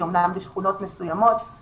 היום יום שני כ"ד בתשרי התשפ"א ,12 באוקטובר 2020,